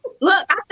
Look